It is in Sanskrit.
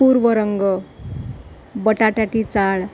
पूर्वरङ्ग बटाटटी चाळ